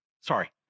sorry